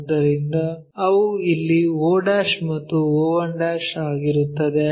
ಆದ್ದರಿಂದ ಅವು ಇಲ್ಲಿ o ಮತ್ತು o1 ಆಗಿರುತ್ತವೆ